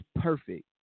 perfect